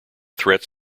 threats